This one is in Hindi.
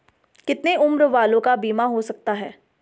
कितने उम्र वालों का बीमा हो सकता है?